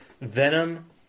Venom